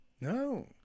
No